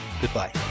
Goodbye